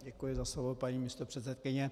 Děkuji za slovo, paní místopředsedkyně.